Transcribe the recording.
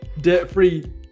Debt-free